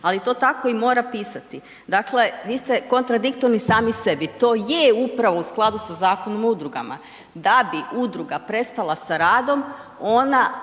ali to tako i mora pisati, dakle vi ste kontradiktorni sami sebi, to je upravo u skladu sa Zakonom o udrugama, da bi udruga prestala sa radom ona